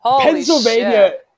Pennsylvania